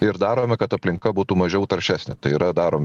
ir darome kad aplinka būtų mažiau taršesnė tai yra darom